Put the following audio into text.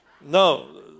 No